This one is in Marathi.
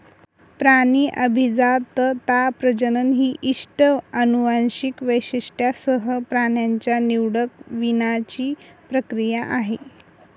प्राणी अभिजातता, प्रजनन ही इष्ट अनुवांशिक वैशिष्ट्यांसह प्राण्यांच्या निवडक वीणाची प्रक्रिया आहे